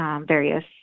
various